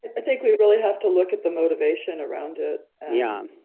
i think we really have to look at the motivation around it. yeah.